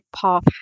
path